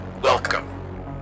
Welcome